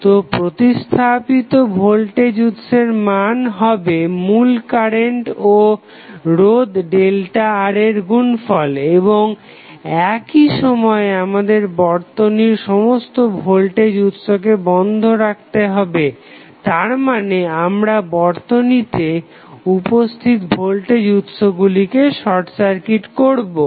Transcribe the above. তো প্রতিস্থাপিত ভোল্টেজ উৎসের মান হবে মূল কারেন্ট ও রোধ ΔR এর গুণফল এবং একই সময়ে আমাদের বর্তনীর সমস্ত ভোল্টেজ উৎসকে বন্ধ রাখতে হবে তারমানে আমরা বর্তনীতে উপস্থিত ভোল্টেজ উৎসগুলিকে শর্ট সার্কিট করবো